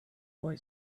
boy